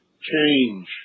change